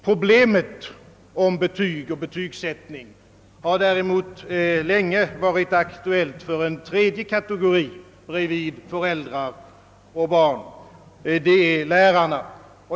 Problemet om betyg och betygsättning har däremot länge varit aktuellt för en tredje kategori vid sidan om föräldrar och barn, nämligen lärarna.